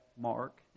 mark